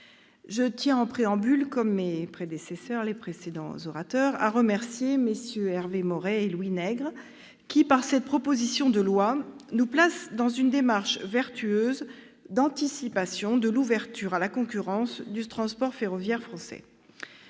je tiens, en préambule, comme les orateurs qui m'ont précédée, à remercier MM. Hervé Maurey et Louis Nègre, qui, par cette proposition de loi, nous placent dans une démarche vertueuse d'anticipation de l'ouverture à la concurrence du transport ferroviaire français.